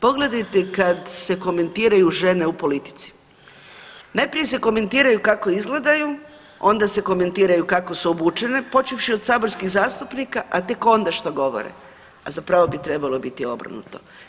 Pogledajte kad se komentiraju žene u politici, najprije se komentiraju kako izgledaju, onda se komentiraju kako su obučene, počevši od saborskih zastupnika, a tek onda što govore, a zapravo bi trebalo biti obrnuto.